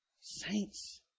saints